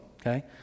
Okay